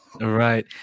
Right